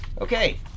Okay